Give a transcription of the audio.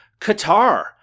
Qatar